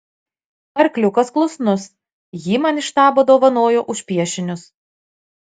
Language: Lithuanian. arkliukas klusnus jį man iš štabo dovanojo už piešinius